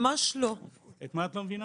ממש לא -- למה את לא מבינה?